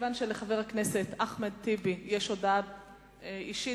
מכיוון שלחבר הכנסת אחמד טיבי יש הודעה אישית,